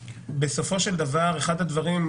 בסופו של דבר אחד הדברים,